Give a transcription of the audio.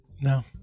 No